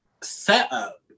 setup